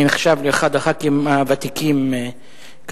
אני נחשב לאחד מחברי הכנסת הוותיקים כאן.